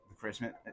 Christmas